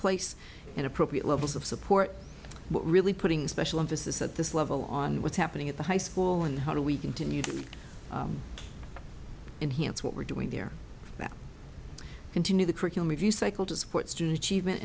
place in appropriate levels of support but really putting special emphasis at this level on what's happening at the high school and how do we continue to enhance what we're doing there that continue the curriculum review cycle to support student achievement